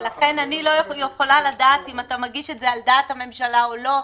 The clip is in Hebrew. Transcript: ולכן אני לא יכולה לדעת אם אתה מגיש את זה על דעת הממשלה או לא,